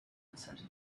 answered